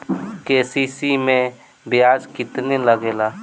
KCC मै ब्याज केतनि लागेला?